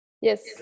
yes